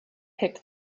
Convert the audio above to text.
picked